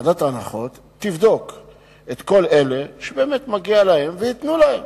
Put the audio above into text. ועדת הנחות תבדוק את כל אלה שבאמת מגיע להם וייתנו להם.